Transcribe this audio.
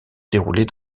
dérouler